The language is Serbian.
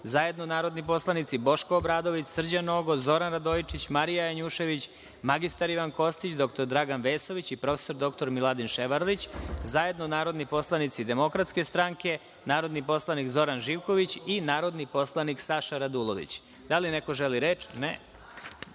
zajedno narodni poslanici Boško Obradović, Srđan Nogo, Zoran Radojičić, Marija Janjušević, mr Ivan Kostić, dr Dragan Vesović i prof. dr Miladin Ševarlić, zajedno narodni poslanici DS, narodni poslanik Zoran Živković i narodni poslanik Saša Radulović. Da li neko želi reč?